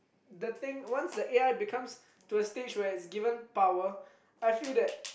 the thing once the A_I becomes to the stage where it's given power I feel that